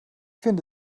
finde